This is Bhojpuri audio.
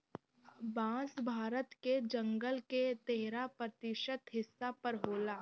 बांस भारत के जंगल के तेरह प्रतिशत हिस्सा पर होला